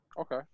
Okay